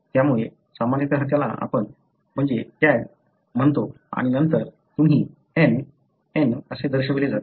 त्यामुळे सामान्यतः त्याला आपण म्हणजे CAG आणि नंतर तुम्ही n n असे दर्शविले जाते